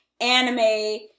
anime